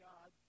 God